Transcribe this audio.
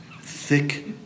thick